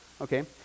Okay